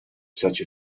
such